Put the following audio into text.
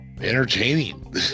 entertaining